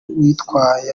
uyitwaye